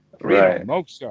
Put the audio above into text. Right